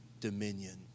dominion